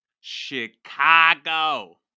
Chicago